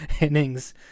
innings